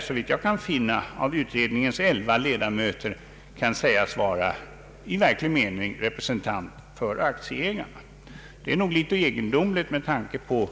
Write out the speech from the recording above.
Såvitt jag kan finna kan ingen av utredningens elva ledamöter sägas vara i verklig mening representant för aktieägarna. Det är nog litet egendomligt med tanke på